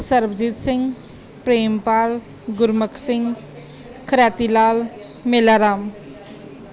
Sarabjit Singh Prempal Gurmukh Singh Kharati Lal Mela Ram